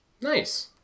Nice